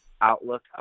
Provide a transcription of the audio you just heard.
outlook